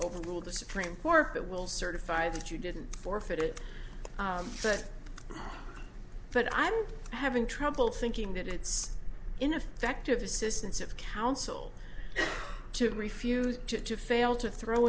overrule the supreme court that will certify that you didn't forfeit it but i'm having trouble thinking that it's ineffective assistance of counsel to refuse to fail to throw